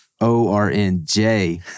O-R-N-J